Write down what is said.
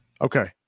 Okay